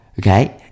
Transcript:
Okay